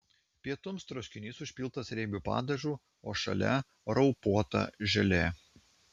pietums troškinys užpiltas riebiu padažu o šalia raupuota želė